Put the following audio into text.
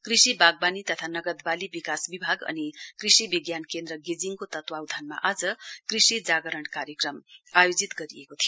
कृषि वाग्वानी तथा नगदवाली विकास विभाग अनि कृषि बिज्ञान केन्द्र गेजिङको तत्वावधानमा आज कृषि जागरण कार्यक्रम आयोजित गरिएको थियो